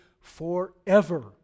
forever